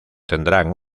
tendrán